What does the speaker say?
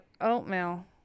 oatmeal